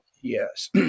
yes